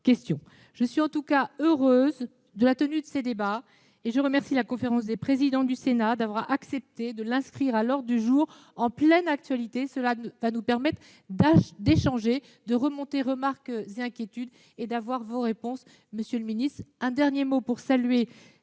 Je suis heureuse de la tenue de ce débat, et je remercie la conférence des présidents du Sénat d'avoir accepté de l'inscrire à l'ordre du jour en plein coeur de l'actualité. Cela nous permettra d'échanger, de remonter remarques et inquiétudes et d'avoir vos réponses. Pour conclure, je veux saluer